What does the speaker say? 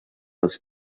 els